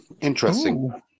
Interesting